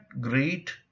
great